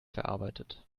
verarbeitet